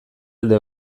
alde